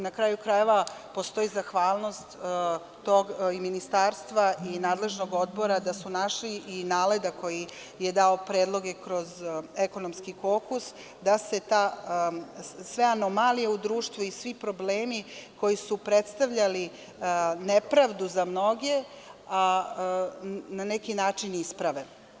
Na kraju krajeva, postoji zahvalnost i ministarstva i nadležnog odbora da su našli Naleda koji je dao predloge kroz Ekonomski kokus da se sve anomalije u društvu i svi problemi koji su predstavljali nepravdu za mnoge na neki način isprave.